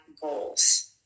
goals